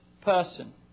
person